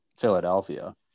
Philadelphia